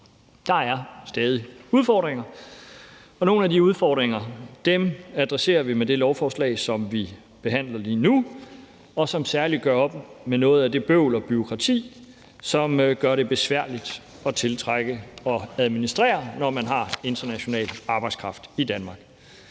Der er stadig udfordringer, og nogle af de udfordringer adresserer vi med det lovforslag, som vi behandler lige nu, og som særlig gør op med noget af det bøvl og bureaukrati, som gør det besværligt at tiltrække og administrere, når man har international arbejdskraft i Danmark.